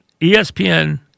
ESPN